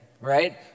Right